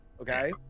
Okay